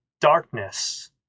darkness